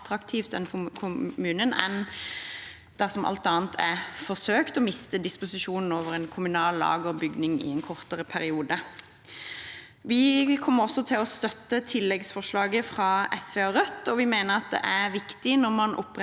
– dersom alt annet er forsøkt – enn å miste disposisjon over en kommunal lagerbygning i en kortere periode. Vi kommer også til å støtte forslaget fra SV og Rødt. Vi mener at det er viktig, når man oppretter